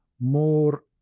more